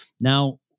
now